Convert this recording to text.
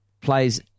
plays